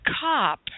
cop